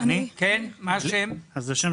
אני מארגון